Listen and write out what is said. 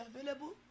available